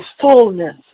fullness